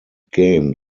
game